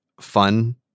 fun